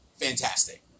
fantastic